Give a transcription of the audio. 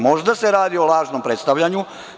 Možda se radi o lažnom predstavljanju.